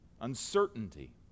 Uncertainty